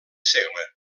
segle